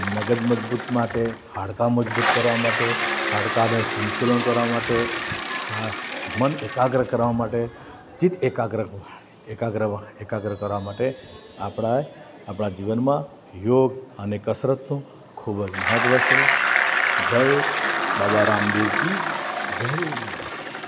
મગજ મજબૂત માટે હાડકા મજબૂત કરવા માટે હાડકાને સંતુલન કરવા માટે મન એકાગ્ર કરવા માટે ચિત્ત એકાગ્ર કરવા માટે એકાગ્ર કરવા માટે આપણા આપણા જીવનમાં યોગ અને કસરતનું ખૂબ જ મહત્ત્વ છે જય બાબા રામદેવ કી જય